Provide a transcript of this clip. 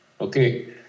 Okay